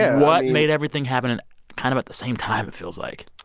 what made everything happen, and kind of at the same time, it feels like?